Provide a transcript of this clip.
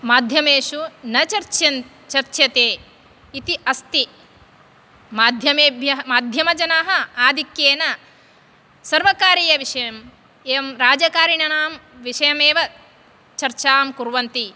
माध्यमेषु न चर्च्य चर्च्यते इति अस्ति माध्यमेभ्य माध्यमजनाः आधिक्येन सर्वकारीयविषयं एवं राजकारीणाम् विषयमेव चर्चां कुर्वन्ति